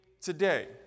today